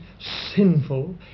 sinful